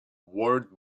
world